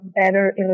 better